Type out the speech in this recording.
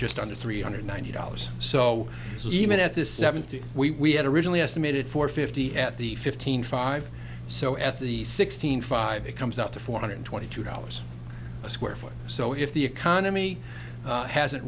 just under three hundred ninety dollars so so even at this seventy we had originally estimated for fifty at the fifteen fire so at the sixteen five it comes out to four hundred twenty two dollars a square foot so if the economy hasn't